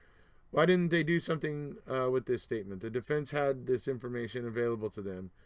why didn't they do something with this statement? the defense had this information available to them?